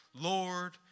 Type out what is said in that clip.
Lord